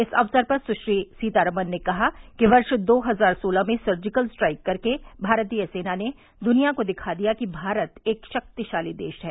इस अवसर पर सुश्री सीतारामन ने कहा कि वर्ष दो हजार सोलह में सर्जिकल स्ट्राइक कर भारतीय सेना ने दुनिया को दिखा दिया कि भारत एक शक्तिशाली देश है